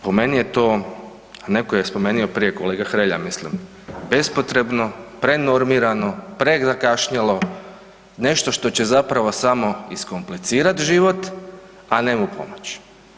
Po meni je to, netko je spomenuo prije, kolega Hrelja, ja mislim, bespotrebno, prenormirano, prezakašnjelo, nešto što će zapravo samo iskomplicirati život, a ne mu pomoći.